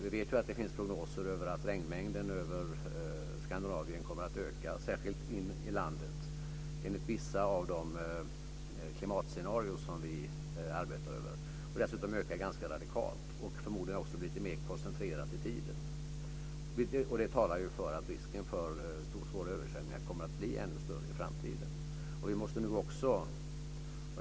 Vi vet att det finns prognoser över att regnmängden över Skandinavien kommer att öka, särskilt in i landet - enligt vissa klimatscenarier. Dessutom kommer regnmängden att öka radikalt och kommer förmodligen att bli mer koncentrerat i tiden. Det talar för att risken för svåra översvämningar kommer att bli ännu större i framtiden.